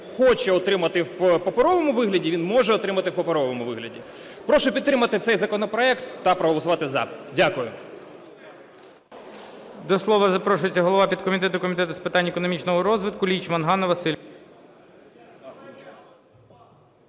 хоче отримати в паперовому вигляді, він може отримати в паперовому вигляді. Прошу підтримати цей законопроект та проголосувати "за". Дякую.